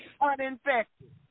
uninfected